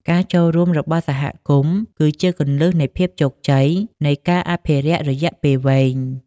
ការចូលរួមរបស់សហគមន៍គឺជាគន្លឹះនៃភាពជោគជ័យនៃការអភិរក្សរយៈពេលវែង។